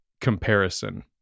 comparison